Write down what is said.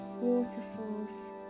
waterfalls